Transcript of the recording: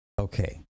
Okay